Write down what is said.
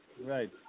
Right